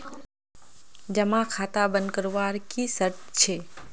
जमा खाता बन करवार की शर्त छे?